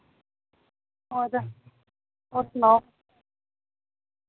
और और सनाओ